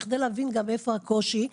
בכדי להבין איפה הקושי.